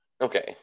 Okay